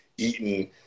Eaten